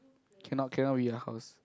cannot cannot be your house